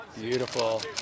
Beautiful